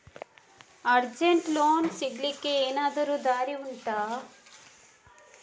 ಅರ್ಜೆಂಟ್ಗೆ ಲೋನ್ ಸಿಗ್ಲಿಕ್ಕೆ ಎನಾದರೂ ದಾರಿ ಉಂಟಾ